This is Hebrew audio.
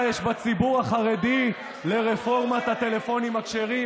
יש בציבור החרדי לרפורמת הטלפונים הכשרים,